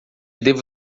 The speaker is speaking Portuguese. devo